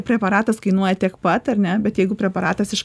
preparatas kainuoja tiek pat ar ne bet jeigu preparatas iš